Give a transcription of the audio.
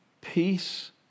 Peace